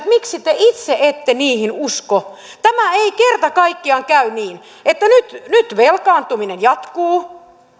miksi te itse ette niihin usko tämä ei kerta kaikkiaan käy niin että nyt nyt velkaantuminen jatkuu